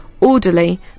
orderly